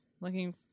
looking